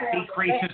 decreases